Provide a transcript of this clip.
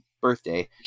birthday